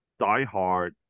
diehard